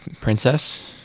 princess